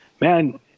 man